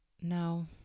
No